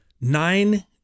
Nine